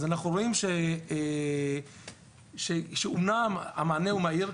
אנחנו רואים שאומנם המענה הוא מהיר,